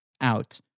out